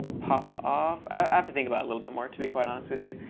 pop off. i have to think about a little bit more to be quite honest with you.